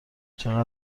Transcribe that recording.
چقدر